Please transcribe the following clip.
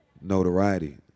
notoriety